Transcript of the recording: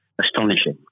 astonishing